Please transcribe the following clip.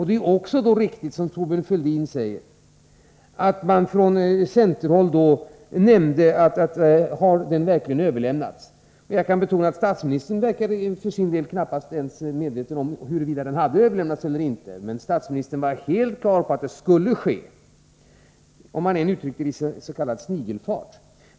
Det är riktigt, som Thorbjörn Fälldin säger, att man från centerhåll undrade om inbjudan verkligen hade överlämnats. Jag kan betona att statsministern för sin del knappast verkade medveten om huruvida den hade överlämnats eller inte, men statsministern var helt på det klara med att så skulle ske, om än — som han uttryckte det — i s.k. snigelfart.